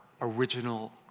original